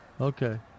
Okay